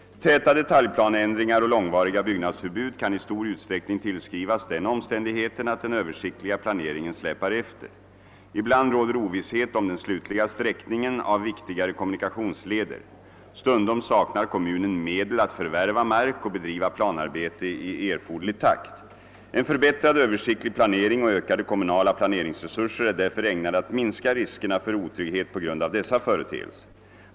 Täta detaljplaneändringar och långvariga byggnadsförbud kan i stor utsträckning tillskrivas den omständigheten att den översiktliga planeringen släpar efter. Ibland råder ovisshet om den slutliga sträckningen av viktigare kommunikationsleder. Stundom saknar kommunen medel att förvärva mark och bedriva planarbete i erforderlig takt. En förbättrad översiktlig planering och ökade kommunala planeringsresurser är därför ägnade att minska riskerna för otrygghet på grund av dessa företeelser.